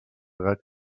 gat